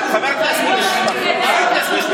חבר הכנסת קיש,